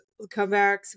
comebacks